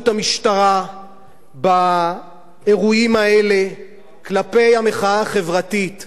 המשטרה באירועים האלה כלפי המחאה החברתית.